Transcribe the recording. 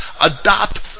adopt